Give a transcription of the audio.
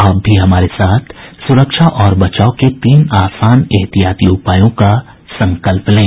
आप भी हमारे साथ सुरक्षा और बचाव के तीन आसान एहतियाती उपायों का संकल्प लें